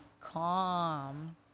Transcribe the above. calm